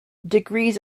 degrees